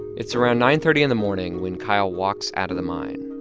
it's around nine thirty in the morning when kyle walks out of the mine.